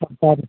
ആ ആര്